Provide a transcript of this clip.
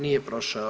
Nije prošao.